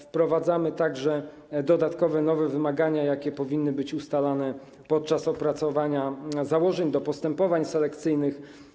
Wprowadzamy także dodatkowe, nowe wymagania, jakie powinny być uwzględniane podczas opracowania założeń dotyczących postępowań selekcyjnych.